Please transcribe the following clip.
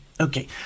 okay